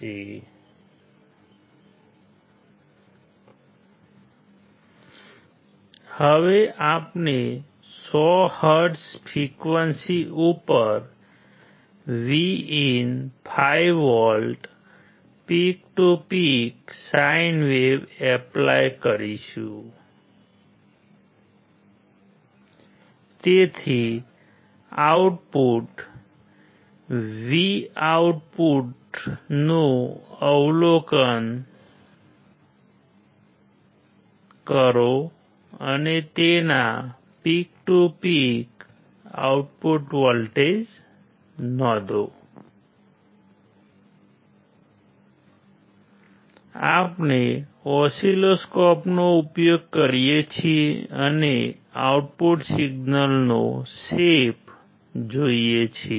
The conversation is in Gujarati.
હવે આપણે 100 હર્ટ્ઝ ફ્રિક્વન્સી જોઈએ છીએ